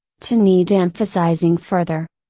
to need emphasizing further.